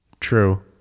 true